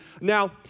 Now